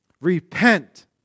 Repent